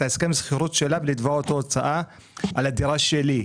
הסכם השכירות שלה ולתבוע איתו הוצאה על הדירה שלי.